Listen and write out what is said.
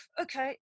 okay